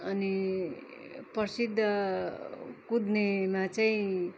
अनि प्रसिद्ध कुद्नेमा चाहिँ